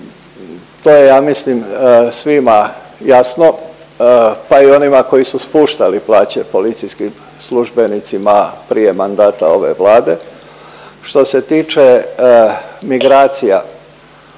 to je ja mislim svima jasno pa i onima koji su spuštali plaće policijskim službenicima prije mandata ove Vlade. Što se tiče migracija,